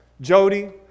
Jody